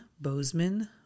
Bozeman